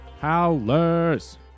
Howlers